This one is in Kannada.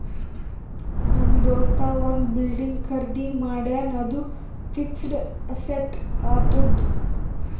ನಮ್ ದೋಸ್ತ ಒಂದ್ ಬಿಲ್ಡಿಂಗ್ ಖರ್ದಿ ಮಾಡ್ಯಾನ್ ಅದು ಫಿಕ್ಸಡ್ ಅಸೆಟ್ ಆತ್ತುದ್